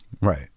Right